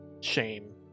shame